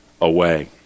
away